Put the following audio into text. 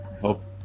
hope